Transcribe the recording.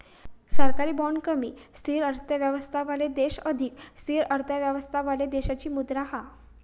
सरकारी बाँड कमी स्थिर अर्थव्यवस्थावाले देश अधिक स्थिर अर्थव्यवस्थावाले देशाची मुद्रा हा